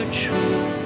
true